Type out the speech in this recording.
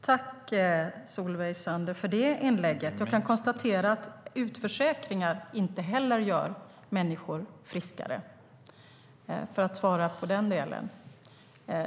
Jag kan konstatera att utförsäkringar inte heller gör människor friskare, för att svara på den delen.